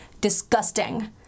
Disgusting